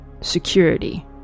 Security